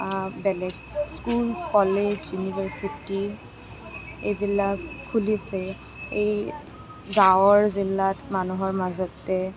বেলেগ school college university এইবিলাক খুলিছে এই গাঁৱৰ জিলাত মানুহৰ মাজতে